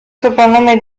soprannome